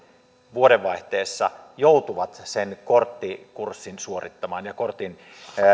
vuodenvaihteessa joutuvat sen korttikurssin suorittamaan ja kortin